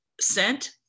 sent